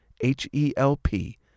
H-E-L-P